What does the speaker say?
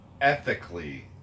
ethically